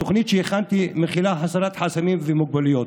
התוכנית שהכנתי מכילה הסרת חסמים והגבלות,